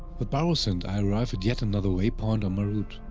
with barosund, i arrive at yet another waypoint on my route.